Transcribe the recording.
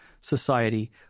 society